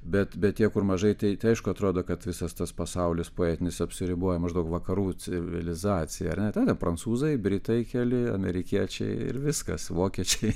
bet bet tie kur mažai tai aišku atrodo kad visas tas pasaulis poetinis apsiriboja maždaug vakarų civilizacija ar ne tai ir prancūzai britai keli amerikiečiai ir viskas vokiečiai